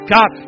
God